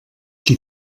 qui